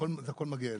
הכול מגיע אליי.